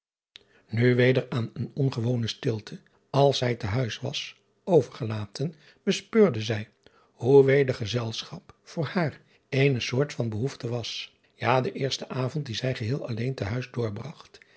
u weder aan eene ongewone stilte als zij te huis was overgelaten bespeurde zij driaan oosjes zn et leven van illegonda uisman hoe weder gezelschap voor haar eene soort van behoefte was ja de eerste avond dien zij geheel alleen te huis